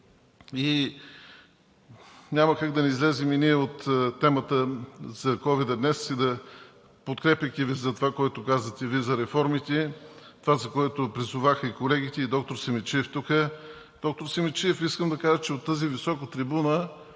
Няма как да не излезем ние от темата за ковид днес, подкрепяйки Ви за това, което казахте Вие за реформите, и това, за което призоваха колегите и доктор Симидчиев. Доктор Симидчиев, искам да кажа, че от тази висока трибуна